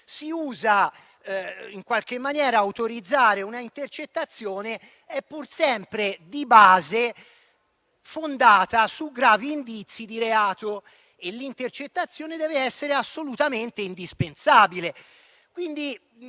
sulla quale si usa autorizzare una intercettazione, è pur sempre di base fondata su gravi indizi di reato, e l'intercettazione deve essere assolutamente indispensabile.